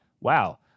wow